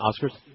Oscars